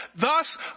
Thus